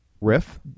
Riff